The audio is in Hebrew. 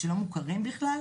שלא מוכרים בכלל,